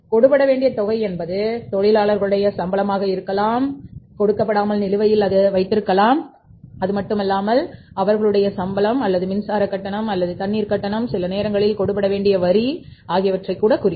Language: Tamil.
கொடுபட வேண்டிய தொகை என்பது தொழிலாளர்களுடைய சம்பளம் கொடுக்கப்படாமல் நிலுவையில் உள்ள அவர்களுடைய சம்பளம் அல்லது மின்சார கட்டணம் அல்லது தண்ணீர் கட்டணம் சிலநேரங்களில் கொடு படவேண்டிய வரியையும் குறிக்கும்